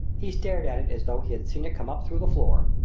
he stared at it as though he had seen it come up through the floor.